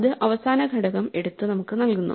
അത് അവസാന ഘടകം എടുത്ത് നമുക്ക് നൽകുന്നു